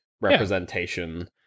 representation